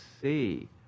see